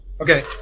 Okay